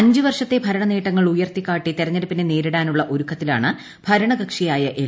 അഞ്ച് വർഷത്തെ ഭരണ നേട്ടങ്ങൾ ഉയർത്തിക്കാട്ടി തെരഞ്ഞെടുപ്പിനെ നേരിടാനുള്ള ഒരുക്കത്തിലാണ് ഭരണകക്ഷിയായ എൽ